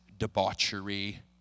debauchery